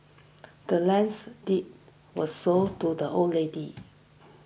the land's deed was sold to the old lady